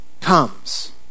comes